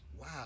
Wow